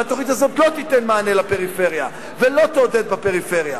והתוכנית הזאת לא תיתן מענה לפריפריה ולא תעודד בפריפריה.